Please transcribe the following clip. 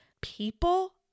people